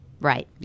Right